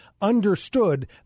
understood